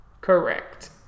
Correct